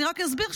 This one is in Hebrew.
אני רק אסביר,